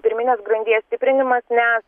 pirminės grandies stiprinimas nes